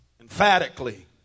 emphatically